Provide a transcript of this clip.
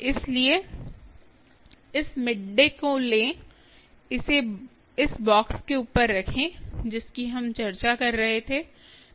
इसलिए इस mid day को लें और इसे इस बॉक्स के ऊपर रखें जिसकी हम चर्चा कर रहे थे